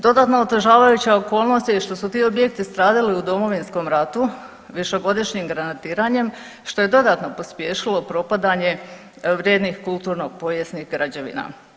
Dodatno otežavajuća okolnost je i ta što su ti objekti stradali u Domovinskom ratu višegodišnjim granatiranjem što je dodatno pospješilo propadanje vrijednih kulturno-povijesnih građevina.